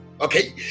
okay